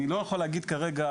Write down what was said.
אני לא יכול להגיד כרגע,